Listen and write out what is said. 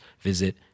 visit